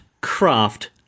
craft